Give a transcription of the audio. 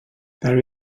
there